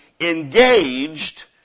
engaged